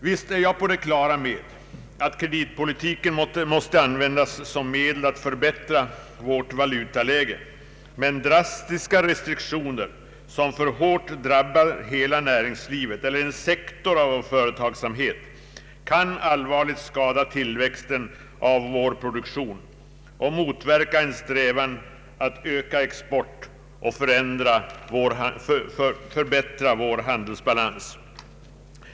Jag är naturligtvis på det klara med att kreditpolitiken måste användas som medel att förbättra vårt valutaläge, men drastiska restriktioner, som för hårt drabbar hela näringslivet eller en sektor av vår företagsamhet kan allvarligt skada tillväxten av vår produktion och motverka en strävan att öka exporien och förbättra vår handelsbalans.